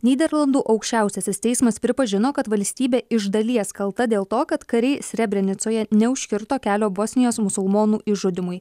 nyderlandų aukščiausiasis teismas pripažino kad valstybė iš dalies kalta dėl to kad kariai srebrenicoje neužkirto kelio bosnijos musulmonų išžudymui